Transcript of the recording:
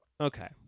okay